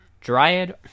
Dryad